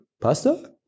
Pasta